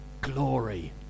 glory